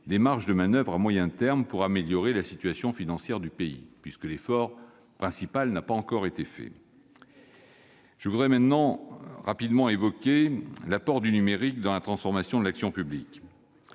des marges de manoeuvre à moyen terme pour améliorer la situation financière du pays. En effet, l'effort principal n'a pas encore été effectué. Je veux maintenant évoquer rapidement l'apport du numérique dans la transformation de l'action publique.